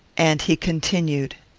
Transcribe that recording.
and he continued